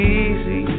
easy